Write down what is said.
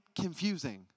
confusing